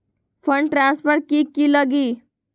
Fund transfer कि की लगी?